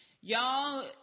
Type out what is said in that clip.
Y'all